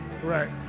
Right